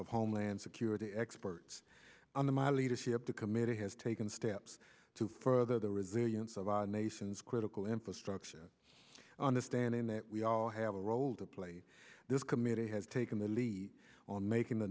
of homeland security experts on the my leadership the committee has taken steps to further the resilience of our nation's critical infrastructure understanding that we all have a role to play this committee has taken the lead on making the